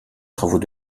travaux